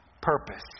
purpose